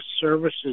services